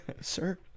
Sir